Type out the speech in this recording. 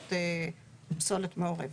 ושריפות פסולת מעורבת.